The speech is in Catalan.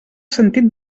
sentit